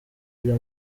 rya